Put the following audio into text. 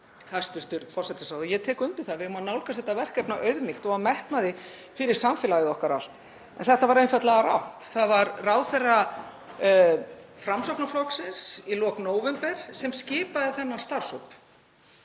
Það var ráðherra Framsóknarflokksins í lok nóvember sem skipaði þennan starfshóp.